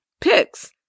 picks